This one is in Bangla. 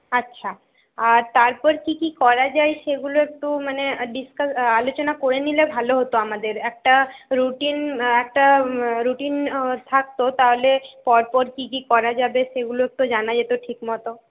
আচ্ছা আর তারপর কি কি করা যায় সেগুলো একটু মানে ডিসকাস আলোচনা করে নিলে ভালো হতো আমাদের একটা রুটিন একটা রুটিন থাকতো তাহলে পরপর কি কি করা যাবে সেগুলো একটু জানা যেতো ঠিকমতো